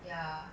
ya